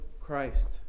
Christ